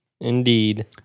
Indeed